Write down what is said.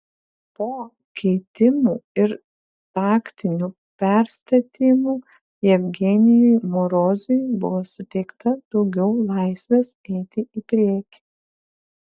po keitimų ir taktinių perstatymų jevgenijui morozui buvo suteikta daugiau laisvės eiti į priekį